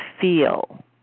feel